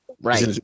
Right